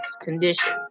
condition